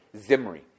Zimri